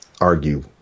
argue